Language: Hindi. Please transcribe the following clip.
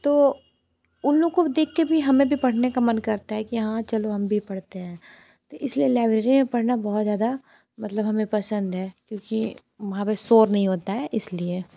तो उन लोग को देखके भी हमें भी पढ़ने का मन करता है कि हाँ चलो हम भी पढ़ते हैं इसलिए लाइब्रेरी में पढ़ना बहुत ज़्यादा मतलब हमें पसंद है क्योंकि वहाँ पे शोर नहीं होता है इसलिए